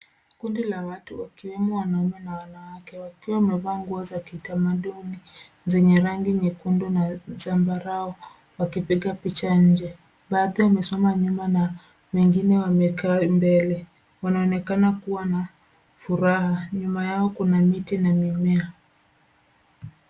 Kundi la watu wakiwemo wanaume na wanawake wakiwa wamevaa nguo za kitamaduni zenye rangi nyekundu na zambarau wakipiga picha nje. Baadhi wamesimama nyuma na wengine wamekaa mbele. Wanaonekana kuwa na furaha. Nyuma yao kuna miti na mimea.